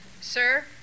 sir